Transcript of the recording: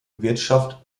wirtschaft